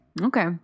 Okay